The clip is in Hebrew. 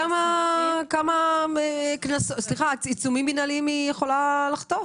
תראי כמה עיצומים מינהליים היא יכולה לחטוף.